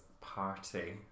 party